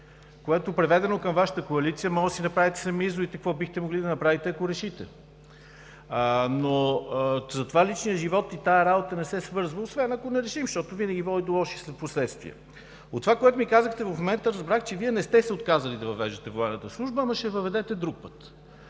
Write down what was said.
което, преведено към Вашата коалиция, можете да си направите сами изводите, какво бихте могли да направите, ако решите. Затова личният живот и тази работа не се свързват, освен ако не решим, защото винаги води до лоши последствия. От това, което ми казахте в момента, разбрах, че Вие не сте се отказали да въвеждате военната служба, ама ще я въведете друг път.